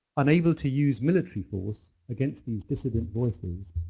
unable to use military force against these dissident voices,